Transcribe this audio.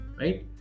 right